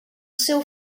seu